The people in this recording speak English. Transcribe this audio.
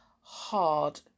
hard